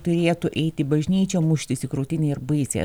turėtų eiti į bažnyčią muštis į krūtinę ir baisiai